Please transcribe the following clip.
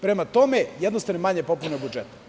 Prema tome, jednostavno je manja popuna budžeta.